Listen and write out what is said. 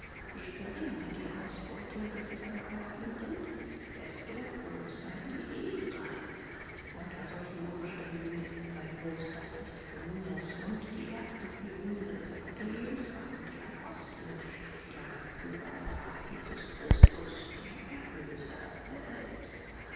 je geringer die ausbeute welche seine arbeit ihm bringt desto größer die ehre unter solchen umständen ist sein los das des pioniers und die ersten pioniere des evangeliums waren die apostel ihr anführer war jesus christus der erlöser selbst